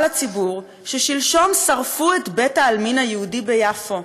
לציבור ששלשום שרפו את בית-העלמין היהודי ביפו.